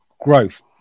growth